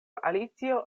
alicio